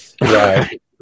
Right